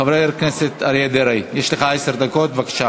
חברי הכנסת, נא לשבת, אנחנו מצביעים.